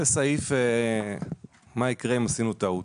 זה סעיף של מה יקרה אם עשינו טעות.